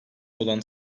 olan